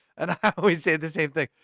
and i always say the same thing.